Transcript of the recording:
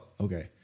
okay